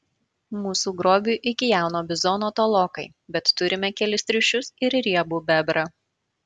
mūsų grobiui iki jauno bizono tolokai bet turime kelis triušius ir riebų bebrą